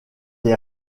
est